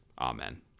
Amen